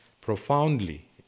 profoundly